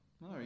No